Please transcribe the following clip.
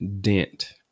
dent